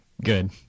Good